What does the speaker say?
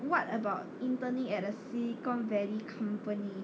what about interning at a silicon valley company